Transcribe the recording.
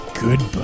Goodbye